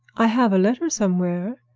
i have a letter somewhere,